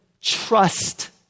trust